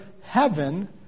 heaven